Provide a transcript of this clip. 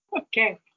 Okay